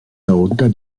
darunter